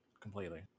completely